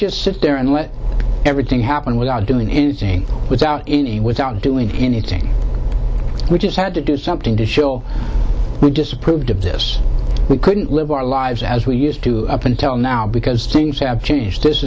just sit there and let everything happen without doing anything without any without doing anything which is hard to do something to show we disapproved of this we couldn't live our lives as we used to up until now because things have changed this